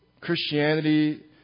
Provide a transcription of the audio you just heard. Christianity